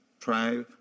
Try